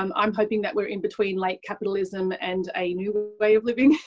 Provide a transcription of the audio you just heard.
um um hoping that we are in between late capitalism and a new way of living.